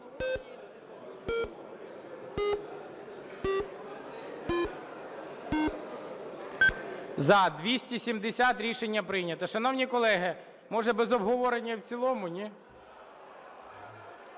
За-270 Рішення прийнято. Шановні колеги, може без обговорення і в цілому, ні?